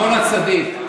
שמעון הצדיק,